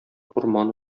урман